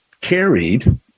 carried